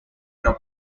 nor